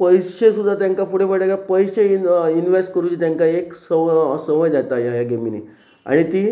पयशे सुद्दां तांकां फुडें फट काय पयशे इनवेस्ट करूंचे तांकां एक संव संवय जाता ह्या ह्या गेमीनी आनी ती